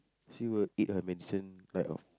she will eat her medicine right of